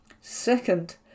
Second